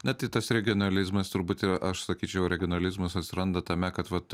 na tai tas regionalizmas turbūt yra aš sakyčiau regionalizmas atsiranda tame kad vat